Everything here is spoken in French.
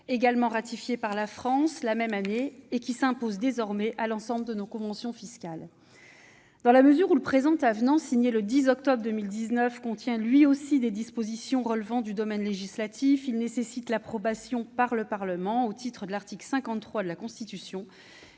également ratifié par la France la même année, et qui s'impose désormais à l'ensemble de nos conventions fiscales. Dans la mesure où le présent avenant, signé le 10 octobre 2019, contient lui aussi des dispositions de nature législative, il nécessite une approbation par le Parlement au titre de l'article 53 de la Constitution,